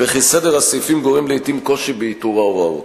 וכי סדר הסעיפים גורם לעתים לקושי באיתור ההוראות.